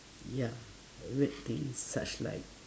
ya weird thing such like